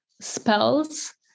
spells